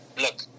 look